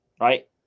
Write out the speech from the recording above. right